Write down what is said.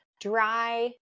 dry